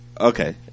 Okay